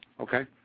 okay